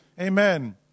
Amen